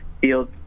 field